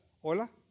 Hola